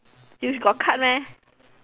you got cut meh